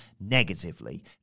negatively